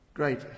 Great